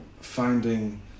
finding